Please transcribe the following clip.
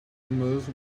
most